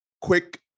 quick